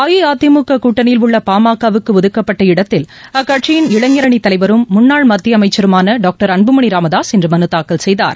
அஇஅதிமுககூட்டணியில் உள்ளபாமகவுக்குஒதுக்கப்பட்ட இடத்தில் அக்கட்சியின் இளைஞரணிதலைவரும் முன்னாள் மத்தியஅமைச்சருமானடாக்டர் அன்புமணிராமதாஸ் இன்றுமனுதாக்கல் செய்தார்